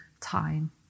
time